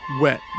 wet